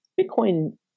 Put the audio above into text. Bitcoin